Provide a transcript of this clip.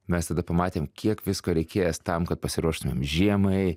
mes tada pamatėm kiek visko reikės tam kad pasiruoštumėm žiemai